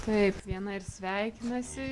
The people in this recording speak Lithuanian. taip viena ir sveikinasi